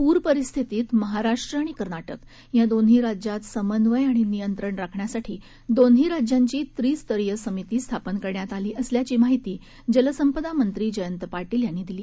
पूर परिस्थितीत महाराष्ट्र व कर्नाटक या दोन्ही राज्यात समन्वय व नियंत्रण राखण्यासाठी दोन्ही राज्याची त्रिस्तरीय समिती स्थापन करण्यात आली असल्याची माहिती जलसंपदामंत्री जयंत पाटील यांनी दिली